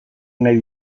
nahi